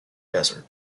desert